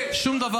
לא נכון, לא נכון.